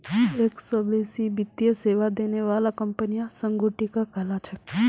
एक स बेसी वित्तीय सेवा देने बाला कंपनियां संगुटिका कहला छेक